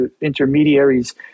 intermediaries